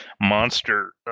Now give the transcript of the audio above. Monster